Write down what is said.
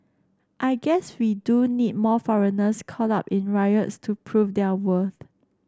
I guess we do need more foreigners caught up in riots to prove their worth